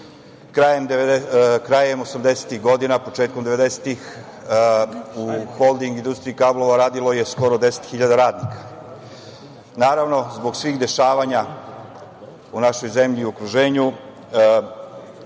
osamdesetih godina, početkom devedesetih u Holding industriji kablova radilo je skoro 10.000 radnika. Naravno, zbog svih dešavanja u našoj zemlji i okruženju,